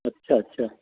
अछा अछा